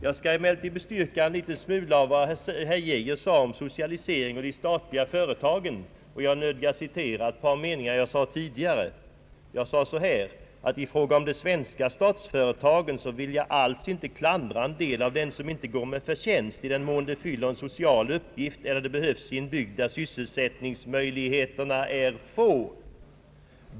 Jag skall emellertid först bestyrka en del av vad herr Geijer sade om socialisering och statliga företag, och jag nödgas citera ett par meningar som jag framfört tidigare. Jag sade så här: »I fråga om de svenska statsföretagen vill jag alls inte klandra en del av dem, som inte går med förtjänst, i den mån de fyller en social uppgift eller de behövs i en bygd där sysselsättningsmöjligheterna är få.